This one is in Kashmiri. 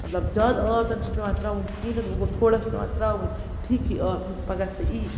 مطلب زیادٕ آب تہِ نہٕ چھُنہٕ پیٚوان ترٛاوُن کِہیٖنۍ تہِ نہٕ وۄنۍ گوٚو تھوڑا چھُ پیٚوان ترٛاوُن ٹھیٖکھٕے آب یُتھ پَگاہ سُہ یی